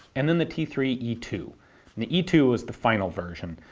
and then the t three e two. and the e two is the final version.